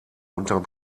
unterm